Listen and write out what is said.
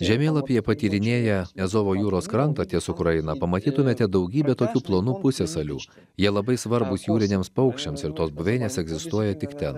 žemėlapyje patyrinėję azovo jūros krantą ties ukraina pamatytumėte daugybę tokių plonų pusiasalių jie labai svarbūs jūriniams paukščiams ir tos buveinės egzistuoja tik ten